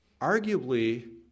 Arguably